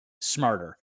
smarter